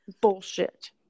Bullshit